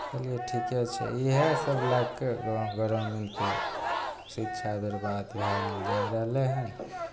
कहलियै ठीके छै इएहसभ लए कऽ ग्रामीणके शिक्षा बेरबाद भए जाय रहलै हन